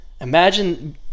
Imagine